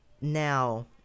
Now